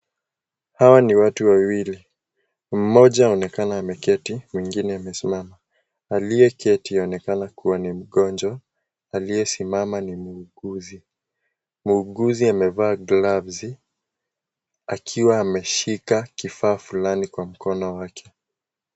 Hawa ni watu wawili. Mmoja anaonekana ameketi, mwingine amesimama. Aliyeketi anaonekana kuwa ni mgonjwa, aliyesimama ni mhuguzi. Mhuguzi amevaa glavu akiwa ameshika kifaa fulani kwa mkono wake.